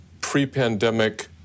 pre-pandemic